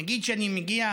נגיד שאני מגיע,